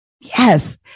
Yes